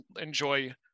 enjoy